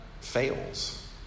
fails